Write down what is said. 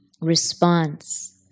response